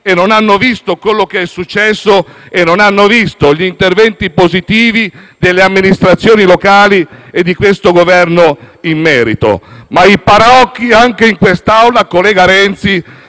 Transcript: e non ha visto quanto è successo e gli interventi positivi delle amministrazioni locali e di questo Governo in merito. Ma i paraocchi, anche in quest'Aula, collega Renzi,